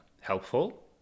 helpful